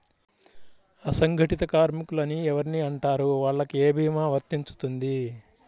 అసంగటిత కార్మికులు అని ఎవరిని అంటారు? వాళ్లకు ఏ భీమా వర్తించుతుంది?